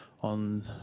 on